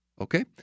Okay